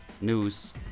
news